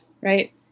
right